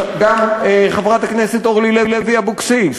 גם חברת הכנסת אורלי לוי אבקסיס,